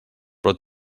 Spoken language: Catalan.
però